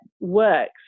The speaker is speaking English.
works